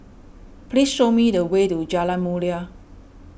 please show me the way to Jalan Mulia